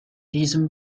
diesem